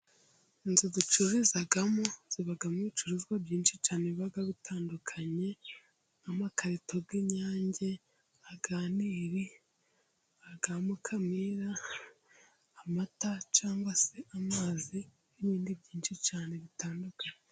Inzu ducururizamo zibamo ibicuruzwa byinshi cyane biba bitandukanye, nk'amakarito y'Inyange, aya Niri, aya Mukamira, amata cyangwa se amazi, n'ibindi byinshi cyane bitandukanye.